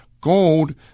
Gold